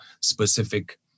specific